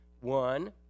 one